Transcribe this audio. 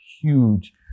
huge